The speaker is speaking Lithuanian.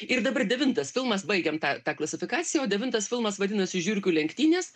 ir dabar devintas filmas baigiam tą tą klasifikaciją o devintas filmas vadinasi žiurkių lenktynės